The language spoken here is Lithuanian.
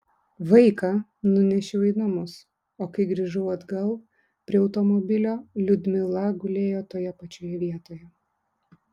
vaiką nunešiau į namus o kai grįžau atgal prie automobilio liudmila gulėjo toje pačioje vietoje